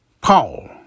Paul